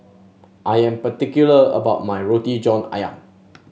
I am particular about my Roti John ayam